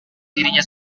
dirinya